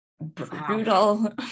brutal